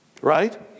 Right